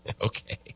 Okay